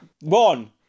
One